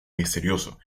misterioso